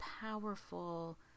powerful